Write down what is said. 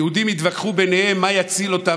היהודים התווכחו ביניהם מה יציל אותם